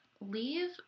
leave